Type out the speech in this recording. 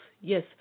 yes